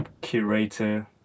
curator